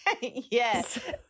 Yes